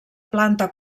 planta